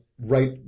right